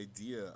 idea